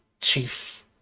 chief